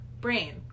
brain